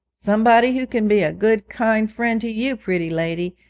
somebody who can be a good kind friend to you, pretty lady,